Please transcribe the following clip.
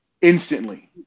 instantly